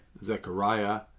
Zechariah